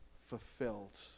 fulfilled